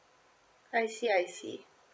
I see I see